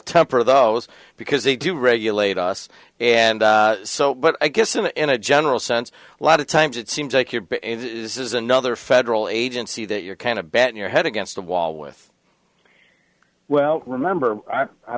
temper those because they do regulate us and so but i guess in a in a general sense a lot of times it seems like you're but this is another federal agency that you're kind of betting your head against a wall with well remember i